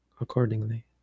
accordingly